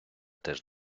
теж